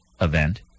event